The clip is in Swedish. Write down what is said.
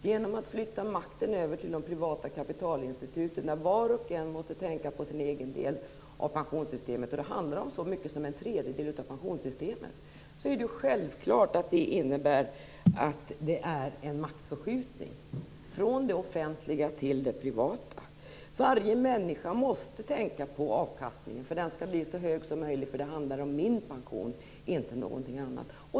Genom att flytta makten över till de privata kapitalinstituten, där var och en måste tänka på sin egen del av pensionssystemet, åstadkommer vi självklart en maktförskjutning från det offentliga till det privata. Det handlar om så mycket som en tredjedel av pensionssystemet. Varje människa måste tänka på avkastningen. Den skall bli så hög som möjligt, för det handlar om min pension och inte om någonting annat.